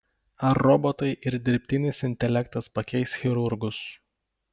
ar robotai ir dirbtinis intelektas pakeis chirurgus